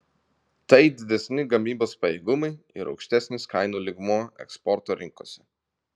tai didesni gamybos pajėgumai ir aukštesnis kainų lygmuo eksporto rinkose